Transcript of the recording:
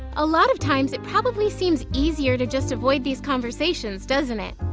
a lot of times it probably seems easier to just avoid these conversations, doesn't it?